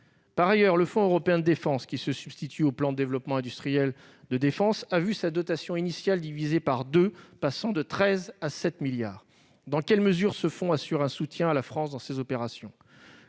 Par ailleurs, le Fonds européen de défense, qui se substitue au plan de développement industriel de défense, a vu sa dotation initiale divisée par deux : de 13 milliards, elle est passée à 7 milliards d'euros. Dans quelle mesure ce fonds assure-t-il un soutien à la France dans ces opérations ?